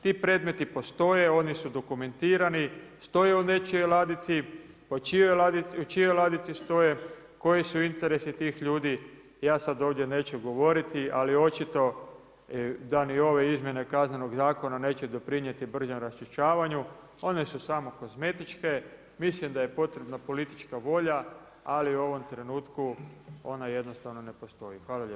Ti predmeti postoje, oni su dokumentirani, stoje u nečijoj ladici, u čijoj ladici stoje, koji su interesi tih ljudi ja sad ovdje neću govoriti, ali očito da ni ove izmjene kaznenog zakona neće doprinijeti bržem raščišćavanju, one su samo kozmetičke, mislim da je potreban politička volja ali u ovom trenutku ona jednostavno ne postoji.